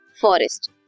forest